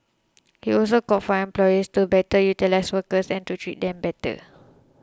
he also called for employers to better utilise workers and to treat them better